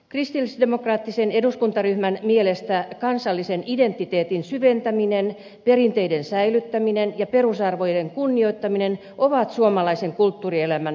kristillisdemokraattisen eduskuntaryhmän mielestä kansallisen identiteetin syventäminen perinteiden säilyttäminen ja perusarvojen kunnioittaminen ovat suomalaisen kulttuurielämän avainkysymyksiä